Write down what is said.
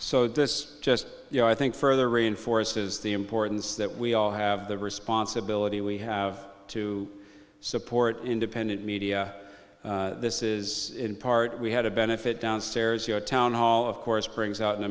so this just you know i think further reinforces the importance that we all have the responsibility we have to support independent media this is in part we had a benefit downstairs the town hall of course brings out an